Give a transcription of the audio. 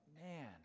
man